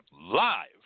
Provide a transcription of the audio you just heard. live